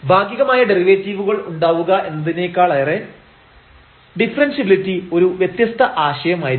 ഭാഗികമായ ഡെറിവേറ്റീവുകൾ ഉണ്ടാവുക എന്നതിനേക്കാളേറെ ഡിഫറെൻഷ്യബിലിറ്റി ഒരു വ്യത്യസ്ത ആശയം ആയിരിക്കും